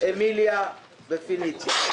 אמיליה ופניציה.